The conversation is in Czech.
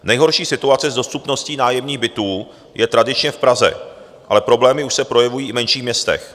Nejhorší situace s dostupností nájemních bytů je tradičně v Praze, ale problémy už se projevují i v menších městech.